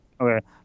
Okay